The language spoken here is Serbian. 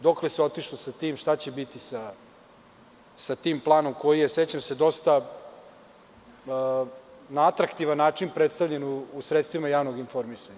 Dokle se otišlo sa tim, šta će biti sa tim planom koji je dosta na atraktivan način predstavljen u sredstvima javnog informisanja.